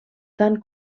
tant